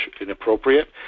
inappropriate